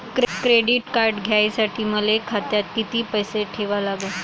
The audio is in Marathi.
क्रेडिट कार्ड घ्यासाठी मले खात्यात किती पैसे ठेवा लागन?